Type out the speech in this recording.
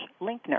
Linkner